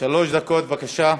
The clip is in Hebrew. דקות בבקשה.